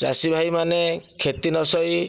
ଚାଷୀ ଭାଇମାନେ କ୍ଷତି ନ ସହି